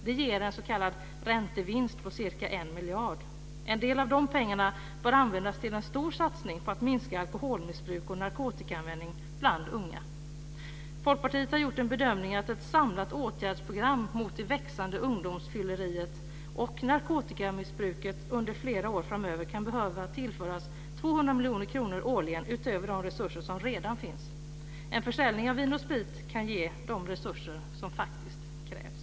Det ger en s.k. räntevinst på ca 1 miljard kronor. En del av de pengarna bör användas till en stor satsning på att minska alkoholmissbruk och narkotikaanvändning bland unga. Folkpartiet har gjort bedömningen att ett samlat åtgärdsprogram mot det växande ungdomsfylleriet och narkotikamissbruket under flera år framöver kan behöva tillföras 200 miljoner kronor årligen, utöver de resurser som redan finns. En försäljning av Vin & Sprit kan ge de resurser som faktiskt krävs.